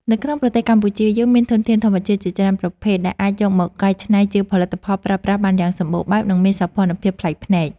នៅក្នុងប្រទេសកម្ពុជាយើងមានធនធានធម្មជាតិជាច្រើនប្រភេទ ដែលអាចយកមកកែច្នៃជាផលិតផលប្រើប្រាស់បានយ៉ាងសម្បូរបែប និង មានសោភ័ណភាពប្លែកភ្នែក។